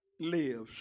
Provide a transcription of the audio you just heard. Lives